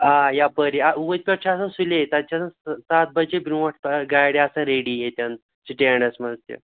آ یَپٲری اوٗنٛتۍ پٮ۪ٹھ چھِ آسان سُلے تَتہِ چھِ آسان سَتھ بجے برٛونٛٹھ پہم گاڑِ آسان ریٚڈی ییٚتٮ۪ن سِٹینٛڈَس مَنٛز تہِ